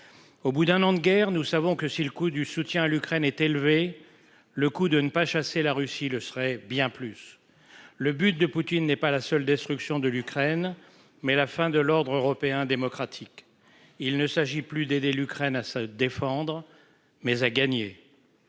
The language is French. Au bout d'un an de guerre. Nous savons que si le coût du soutien à l'Ukraine est élevé. Le coup de ne pas chasser la Russie le serait bien plus. Le but de Poutine n'est pas la seule. Destruction de l'Ukraine. Mais la fin de l'ordre européen démocratique. Il ne s'agit plus d'aider l'Ukraine à se défendre mais a gagné.